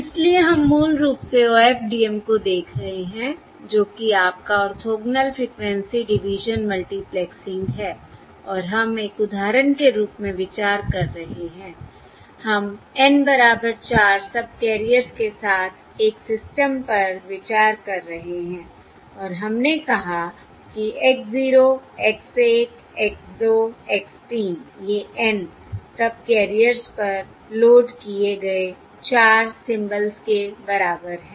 इसलिए हम मूल रूप से OFDM को देख रहे हैं जो कि आपका ऑर्थोगोनल फ्रिक्वेंसी डिवीजन मल्टीप्लेक्सिंग है और हम एक उदाहरण के रूप में विचार कर रहे हैं हम N बराबर 4 सबकैरियर्स के साथ एक सिस्टम पर विचार कर रहे हैं और हमने कहा कि X 0 X 1 X 2 X 3 ये N सबकैरियर्स पर लोड किए गए 4 सिंबल्स के बराबर है